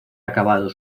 acabado